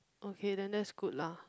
okay then that's good lah